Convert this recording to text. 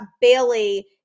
Bailey